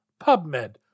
PubMed